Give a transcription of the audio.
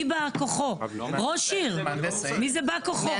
מי בא כוחו, ראש עיר, מי זה בא כוחו?